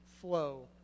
flow